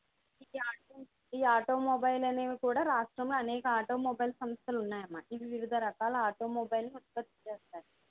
ఇది ఆటోమొబైల్ అనేవి కూడా రాష్ట్రంలో అనేక ఆటోమొబైల్ సంస్థలు ఉన్నాయమ్మా ఇవి వివిధ రకాల ఆటోమొబైల్స్ ఉత్పత్తి చేస్తారు